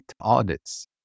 audits